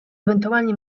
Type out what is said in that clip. ewentualnie